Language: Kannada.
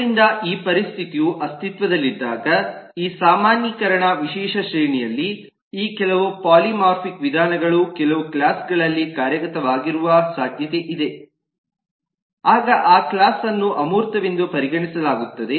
ಆದ್ದರಿಂದ ಈ ಪರಿಸ್ಥಿತಿಯು ಅಸ್ತಿತ್ವದಲ್ಲಿದ್ದಾಗ ಈ ಸಾಮಾನ್ಯೀಕರಣ ವಿಶೇಷ ಶ್ರೇಣಿಯಲ್ಲಿ ಈ ಕೆಲವು ಪಾಲಿಮಾರ್ಫಿಕ್ ವಿಧಾನಗಳು ಕೆಲವು ಕ್ಲಾಸ್ ಗಳಲ್ಲಿ ಕಾರ್ಯಗತವಾಗದಿರುವ ಸಾಧ್ಯತೆಯಿದೆ ಆಗ ಆ ಕ್ಲಾಸ್ ಅನ್ನು ಅಮೂರ್ತವೆಂದು ಪರಿಗಣಿಸಲಾಗುತ್ತದೆ